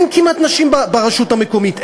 כמעט שאין נשים ברשות המקומית,